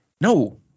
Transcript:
No